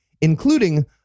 including